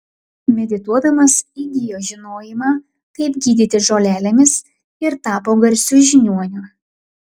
medituodamas įgijo žinojimą kaip gydyti žolelėmis ir tapo garsiu žiniuoniu